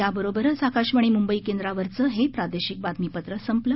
याबरोबरच आकाशवाणी मुंबई केंद्रावरचं हे प्रादेशिक बातमीपत्र संपलं